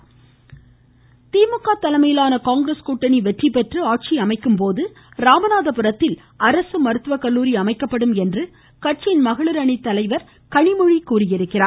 கனிமொழி திமுக தலைமையிலான காங்கிரஸ் கூட்டணி வெற்றிபெற்று ஆட்சி அமையும் போது ராமநாதபுரத்தில் அரசு மருத்துவ கல்லூாி அமைக்கப்படும் என்று கட்சியின் மகளிர் அணி தலைவர் கனிமொழி கூறியுள்ளார்